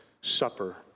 supper